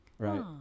right